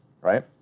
right